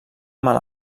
mala